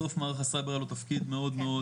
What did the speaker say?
בסוף מערך הסייבר היה לו תפקיד מאוד מאוד